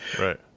Right